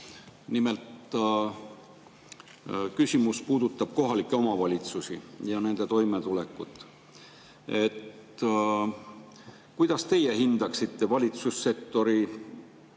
Nimelt, küsimus puudutab kohalikke omavalitsusi ja nende toimetulekut. Kuidas teie hindaksite valitsussektori